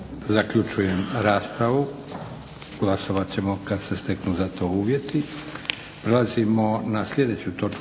Zaključujem raspravu. Glasovat ćemo kad se steknu za to uvjeti. **Leko, Josip